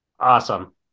Awesome